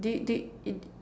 d~ you d~ you d~